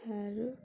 ଆାରୁ